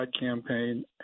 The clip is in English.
campaign